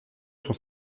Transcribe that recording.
sont